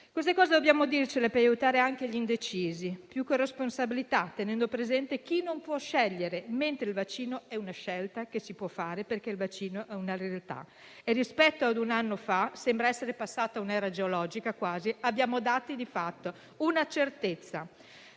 Queste cose dobbiamo dircele, per aiutare anche gli indecisi. Serve più responsabilità, tenendo presente chi non può scegliere, mentre il vaccino è una scelta che si può fare, perché è una realtà. Rispetto a un anno fa - sembra essere passata quasi un'era geologica - abbiamo dati di fatto e una certezza.